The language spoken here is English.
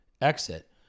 exit